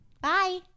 bye